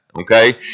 Okay